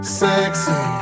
sexy